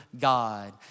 God